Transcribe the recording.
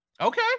okay